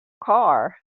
car